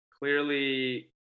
Clearly